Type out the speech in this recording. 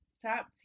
Top